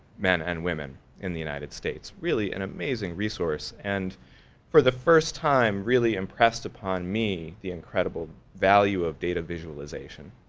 men and women in the united states. really an amazing resource and for the first time really impressed upon me the incredible value of data visualization.